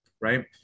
right